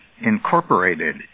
incorporated